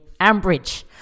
Ambridge